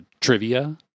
trivia